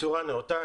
בצורה נאותה.